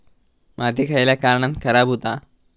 माती खयल्या कारणान खराब हुता?